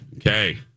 Okay